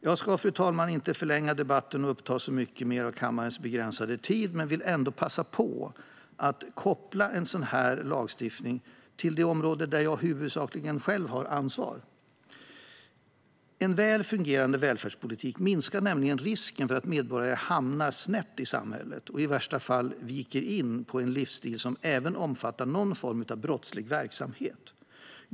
Jag ska, herr talman, inte förlänga debatten och uppta så mycket mer av kammarens begränsade tid men vill ändå passa på att koppla en sådan här fråga till det område jag själv huvudsakligen ansvarar för. En väl fungerande välfärdspolitik minskar nämligen risken för att medborgare hamnar snett i samhället och i värsta fall viker in på en livsstil som även omfattar någon form av brottslig verksamhet.